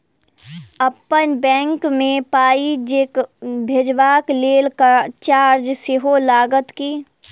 अप्पन बैंक मे पाई भेजबाक लेल चार्ज सेहो लागत की?